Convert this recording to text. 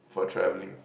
for travelling